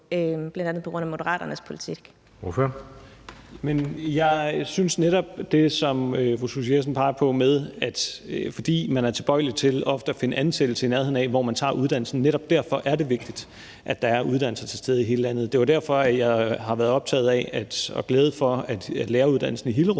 Kl. 16:48 Rasmus Stoklund (S): Men jeg synes netop det, som fru Susie Jessen peger på. Man er tilbøjelig til ofte at finde ansættelse i nærheden af, hvor man tager uddannelsen, og netop derfor er det vigtigt, at der er uddannelser til stede i hele landet. Det er derfor, jeg har været optaget af og er glad for, at læreruddannelsen i Hillerød